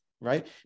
right